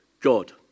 God